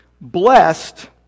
blessed